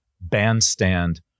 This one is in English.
bandstand